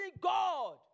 God